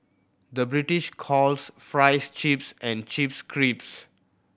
the British calls fries chips and chips crisps